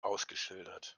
ausgeschildert